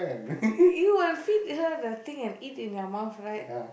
you will feed her the thing and eat in your mouth right